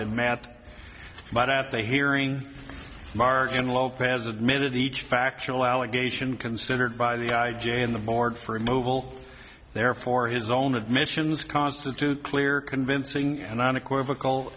been met but at the hearing mark and lopez admitted each factual allegation considered by the i j a in the board for removal therefore his own admissions constitute clear convincing and unequivocal